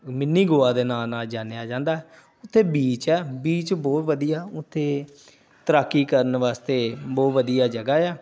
mini Goa ਦੇ ਨਾਂ ਨਾਲ ਜਾਣਿਆ ਜਾਂਦਾ ਉੱਥੇ ਬੀਚ ਹੈ ਬੀਚ ਬਹੁਤ ਵਧੀਆ ਉੱਥੇ ਤੈਰਾਕੀ ਕਰਨ ਵਾਸਤੇ ਬਹੁਤ ਵਧੀਆ ਜਗ੍ਹਾ ਆ